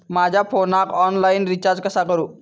माझ्या फोनाक online recharge कसा करू?